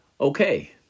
Okay